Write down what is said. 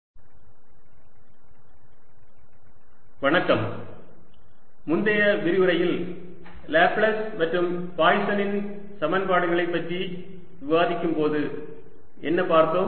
பிம்பங்களின் முறை I ஒரு நிலத்தொடுதொடுத்த உலோக தளத்தின் முன் புள்ளி மின்னூட்டம் I முந்தைய விரிவுரையில் லேப்ளேஸ் மற்றும் பாய்சனின் சமன்பாடுகளைப் பற்றி விவாதிக்கும் போது என்ன பார்த்தோம்